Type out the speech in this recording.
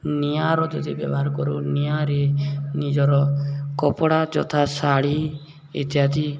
ନିଆଁର ଯଦି ବ୍ୟବହାର କରୁ ନିଆଁରେ ନିଜର କପଡ଼ା ଯଥା ଶାଢ଼ୀ ଇତ୍ୟାଦି